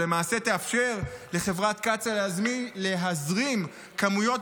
שלמעשה תאפשר לחברת קצ"א להזרים כמויות